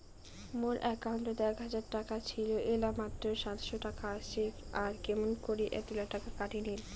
মোর একাউন্টত এক হাজার টাকা ছিল এলা মাত্র সাতশত টাকা আসে আর কেমন করি এতলা টাকা কাটি নিল?